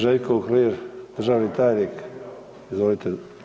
Željko Uhlir državni tajnik, izvolite.